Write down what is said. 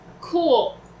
Cool